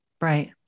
Right